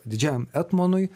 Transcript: didžiajam etmonui